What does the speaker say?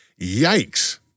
Yikes